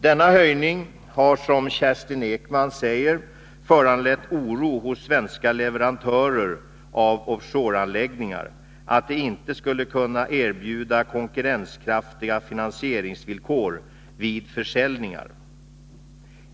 Denna höjning har som Kerstin Ekman säger föranlett oro hos svenska leverantörer av offshore-anläggningar att de inte skall kunna erbjuda konkurrenskraftiga finansieringsvillkor vid försäljningar.